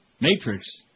Matrix